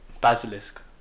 basilisk